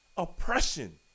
oppression